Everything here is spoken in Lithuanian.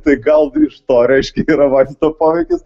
tai gal iš to reiškia yra vaisto poveikis